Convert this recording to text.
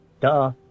Duh